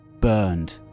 Burned